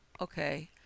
okay